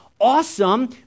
Awesome